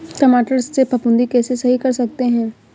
टमाटर से फफूंदी कैसे सही कर सकते हैं?